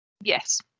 Yes